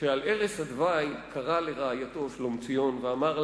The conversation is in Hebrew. שעל ערש הדווי קרא לרעייתו, שלומציון, ואמר: